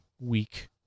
week